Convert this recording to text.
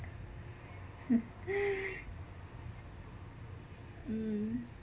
mm